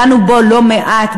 דנו בו לא מעט,